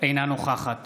אינה נוכחת